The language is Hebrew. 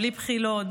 בלי בחילות,